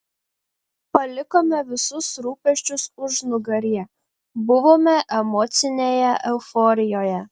palikome visus rūpesčius užnugaryje buvome emocinėje euforijoje